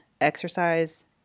exercise